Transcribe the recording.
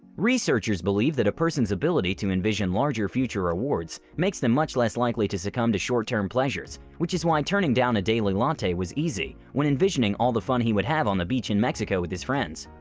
researchers believe that a person's ability to envision larger future rewards makes them much less likely to succumb to short-term pleasures which is why turning down a daily latte was easy when envisioning all the fun he would have on the beach in mexico with his friends.